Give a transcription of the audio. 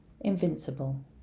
invincible